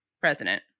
president